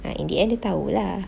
ah in the end dia tahu lah